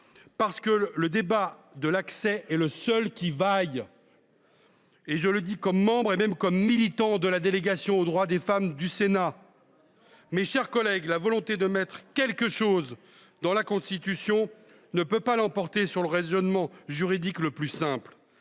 ! Le débat de l’accès est le seul qui vaille – je le dis comme membre et même comme militant de la délégation aux droits des femmes du Sénat. Eh bien ! Mes chers collègues, la volonté de mettre « quelque chose » dans la Constitution ne saurait l’emporter sur le raisonnement juridique le plus simple.